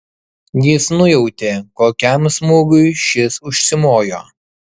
jis nujautė kokiam smūgiui šis užsimojo